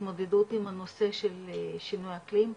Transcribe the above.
התמודדות עם הנושא של שינוי האקלים,